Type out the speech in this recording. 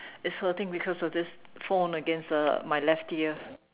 is hurting because of this phone against uh my left ear